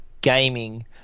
gaming